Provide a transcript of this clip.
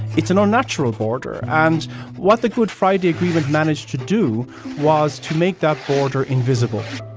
it's an unnatural border. and what the good friday agreement managed to do was to make that border invisible,